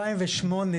2008,